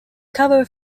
cover